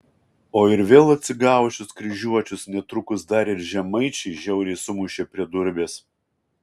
o ir vėl atsigavusius kryžiuočius netrukus dar ir žemaičiai žiauriai sumušė prie durbės